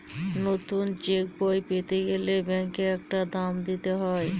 নতুন চেকবই পেতে গেলে ব্যাঙ্কে একটা দাম দিতে হয়